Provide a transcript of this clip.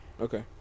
Okay